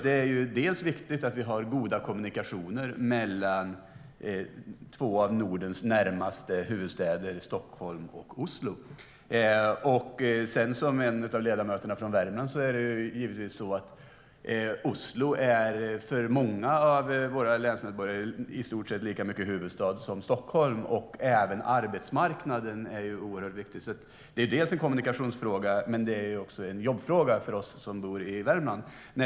Det är nämligen viktigt att vi har goda kommunikationer mellan två av Nordens närmaste huvudstäder, alltså Stockholm och Oslo. Som en av ledamöterna från Värmland vill jag också säga att Oslo för många av våra länsmedborgare är i stort sett lika mycket huvudstad som Stockholm. Även arbetsmarknaden är oerhört viktig, så det är alltså inte bara en kommunikationsfråga utan också en jobbfråga för oss som bor i Värmland.